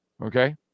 okay